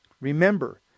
Remember